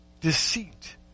Deceit